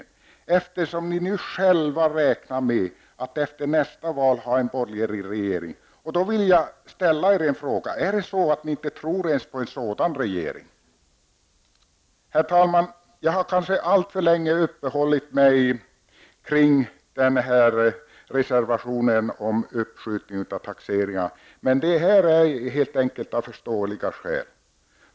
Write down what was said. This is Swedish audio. Ni räknar ju själva med att ha en borgerlig regering efter nästa val. Jag vill fråga er om ni inte tror ens på en sådan regering. Herr talman! Jag har kanske uppehållit mig alltför länge vid reservationen om uppskjutning av taxeringen, men det är av lätt förståeliga skäl.